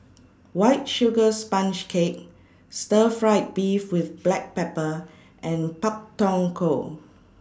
White Sugar Sponge Cake Stir Fried Beef with Black Pepper and Pak Thong Ko